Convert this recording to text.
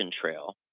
Trail